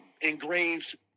engraved